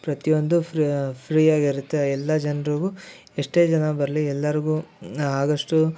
ಪ್ರತಿಯೊಂದು ಫ್ರ ಫ್ರೀಯಾಗಿ ಇರುತ್ತೆ ಎಲ್ಲ ಜನ್ರಿಗೂ ಎಷ್ಟೇ ಜನ ಬರಲಿ ಎಲ್ಲರಿಗೂ ಆದಷ್ಟು